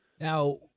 Now